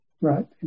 right